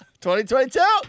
2022